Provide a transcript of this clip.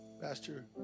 Pastor